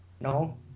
No